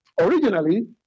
Originally